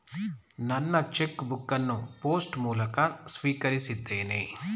ನನ್ನ cheque book ಅನ್ನು post ಮೂಲಕ ಸ್ವೀಕರಿಸಿದ್ದೇನೆ